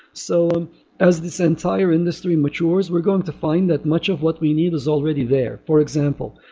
so um as this entire industry matures, we're going to find that much of what we need is already there. for example,